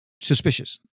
suspicious